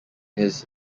his